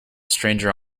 stranger